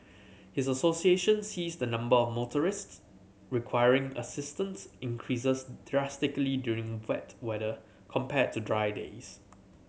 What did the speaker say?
his association sees the number of motorists requiring assistance increases drastically during wet weather compared to dry days